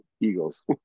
Eagles